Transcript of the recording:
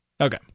Okay